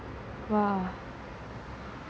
!wow!